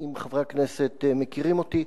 אם חברי הכנסת מכירים אותי,